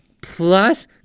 plus